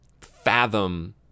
fathom